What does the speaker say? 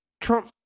Trump